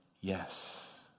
yes